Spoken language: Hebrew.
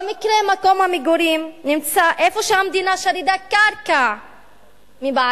במקרה מקום המגורים נמצא איפה שהמדינה שדדה קרקע מבעליה,